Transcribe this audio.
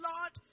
Lord